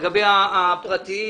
לגבי הפרטיים,